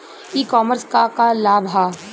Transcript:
ई कॉमर्स क का लाभ ह?